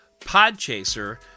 Podchaser